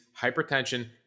hypertension